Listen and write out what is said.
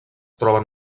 troben